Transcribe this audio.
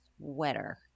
sweater